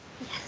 Yes